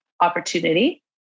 opportunity